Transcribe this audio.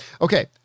Okay